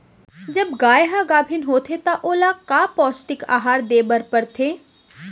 जब गाय ह गाभिन होथे त ओला का पौष्टिक आहार दे बर पढ़थे?